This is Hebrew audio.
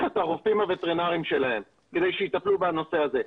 את הרופאים הווטרינרים שלהם כדי שיטפלו בנושא הזה.